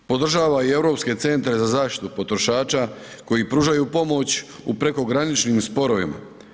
Podržava i Europske centre za zaštitu potrošača koji pružaju pomoć u prekograničnim sporovima.